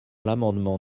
l’amendement